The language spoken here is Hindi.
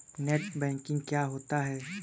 नेट बैंकिंग क्या होता है?